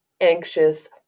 anxious